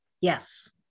Yes